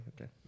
okay